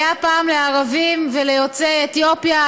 זה היה פעם לערבים וליוצאי אתיופיה,